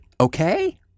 okay